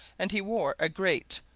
and he wore a great,